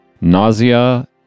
Nausea